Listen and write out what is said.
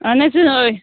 اَہن حظ